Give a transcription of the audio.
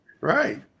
Right